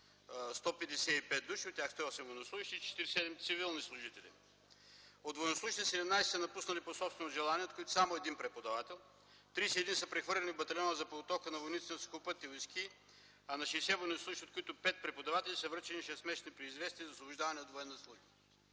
пет души – от тях 108 военнослужещи и 47 цивилни служители. От военнослужещите 17 са напуснали по собствено желание, от които само 1 е преподавател, 31 са прехвърлени в Батальона за подготовка на войниците от Сухопътни войски, а на 60 военнослужещи, от които 5 преподаватели, са връчени 6-месечни предизвестия за освобождаване от военна служба.